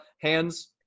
hands